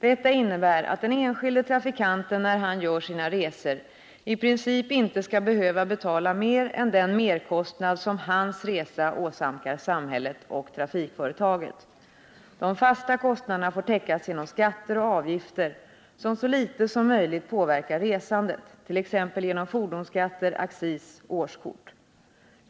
Detta innebär att den enskilde trafikanten när han gör sina resor i princip inte skall behöva betala mer än den merkostnad som hans resa åsamkar samhället och trafikföretaget. De fasta kostnaderna får täckas genom skatter och avgifter som så litet som möjligt påverkar resandet, t.ex. genom fordonsskatter, accis och årskort.